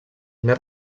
més